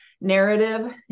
narrative